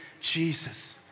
Jesus